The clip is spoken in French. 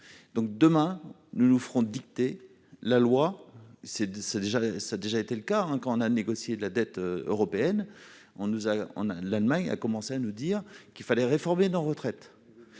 nous. Demain, nous nous ferons dicter la loi. C'est déjà le cas d'ailleurs : quand nous avons négocié la dette européenne, l'Allemagne a commencé à nous dire qu'il fallait réformer nos retraites